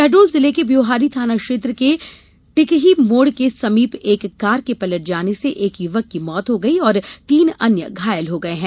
शहड़ोल जिले के ब्यौहारी थाना क्षेत्र के टिहकी मोड के समीप एक कार के पलट जाने से एक युवक की मौत हो गयी और तीन अन्य घायल हो गए हैं